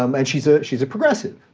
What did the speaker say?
um and she's ah she's a progressive.